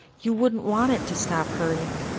you wouldn't want it to stop hurting.